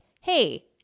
hey